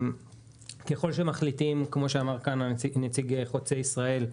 ככל שמחליטים, כמו שאמר כאן נציג חוצה ישראל,